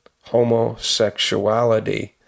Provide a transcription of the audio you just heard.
homosexuality